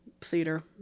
theater